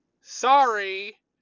Sorry